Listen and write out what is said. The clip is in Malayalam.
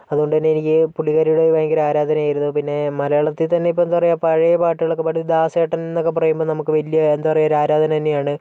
അതുകൊണ്ട് തന്നെ എനിക്ക് പുള്ളികാരിയോട് ഭയങ്കര ആരാധനയായിരുന്നു പിന്നെ മലയാളത്തിത്തന്നെ ഇപ്പൊ എന്താ പറയുക പഴയ പാട്ടുകൾ ഒക്കെ പാടുന്ന ദാസേട്ടൻന്നൊക്കെ പറയുമ്പോ നമുക്ക് വലിയ എന്താ പറയുക ഒരാരാധന തന്നെയാണ്